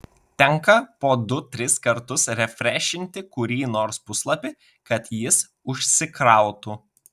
tenka po du tris kartus refrešinti kurį nors puslapį kad jis užsikrautų